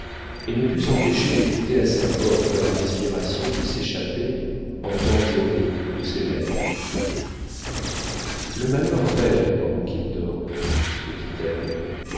et ne put s'empêcher d'écouter à sa porte la respiration qui s'échappait en temps égaux de ses lèvres le malheur veille pendant qu'il dort se dit-elle